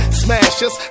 smashes